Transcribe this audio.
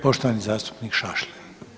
Poštovani zastupnik Šašlin.